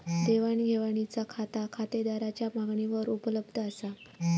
देवाण घेवाणीचा खाता खातेदाराच्या मागणीवर उपलब्ध असा